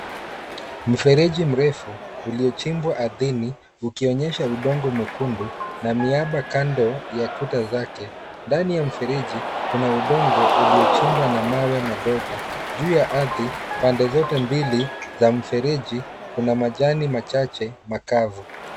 Mfereji mrefu uliochimbwa ardhini ukionyesha udongo mwekundu na miaba kando ya kuta zake. Ndani ya mfereji kuna udongo uliochimbwa na mawe madogo. Juu ya ardhi pande zote mbili za mfereji kuna majani machache makavu.